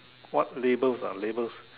what labels ah labels